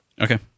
Okay